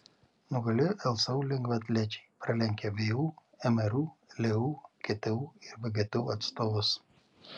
nugalėjo lsu lengvaatlečiai pralenkę vu mru leu ktu ir vgtu atstovus